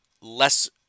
less